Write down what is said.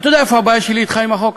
אתה יודע איפה הבעיה שלי אתך, עם החוק?